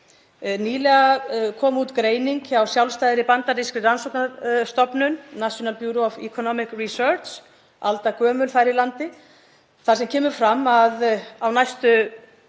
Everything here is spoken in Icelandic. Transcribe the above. Nýlega kom út greining hjá sjálfstæðri bandarískri rannsóknastofnun, National bureau of economic research, aldagömul þar í landi, þar sem fram kemur að á næstu